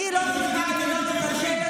אני לא צריכה לשתות.